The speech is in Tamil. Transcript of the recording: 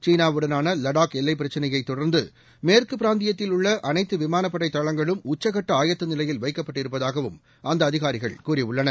சீனாவுடனான லடாக் எல்லைப் பிரச்சினையை தொடர்ந்து மேற்கு பிராந்தியத்தில் உள்ள அனைத்து விமாளப் படைத் தளங்களும் உச்சகட்ட ஆயத்த நிலையில் வைக்கப்பட்டிருப்பதாகவும் அந்த அதிகாரிகள் கூறியுள்ளனர்